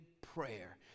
prayer